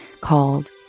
called